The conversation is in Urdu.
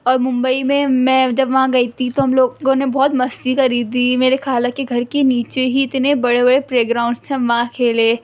اور ممبئی میں میں جب وہاں گئی تھی تو ہم لوگوں نے بہت مستی کری تھی میرے خالہ کے گھر کے نیچے ہی اتنے بڑے بڑے پلے گراؤنڈس تھے ہم وہاں کھیلے